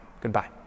Goodbye